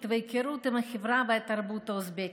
וההיכרות עם החברה והתרבות האוזבקית.